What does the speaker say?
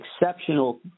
exceptional